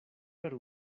per